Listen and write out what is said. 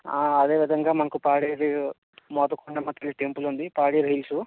అదే విధంగా మనకు పాడేరు మాలుకొండమ్మ తల్లి టెంపుల్ ఉంది పాడేరు హిల్సు